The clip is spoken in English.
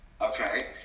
Okay